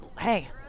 Hey